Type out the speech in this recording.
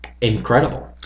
incredible